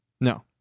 No